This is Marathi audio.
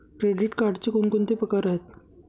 क्रेडिट कार्डचे कोणकोणते प्रकार आहेत?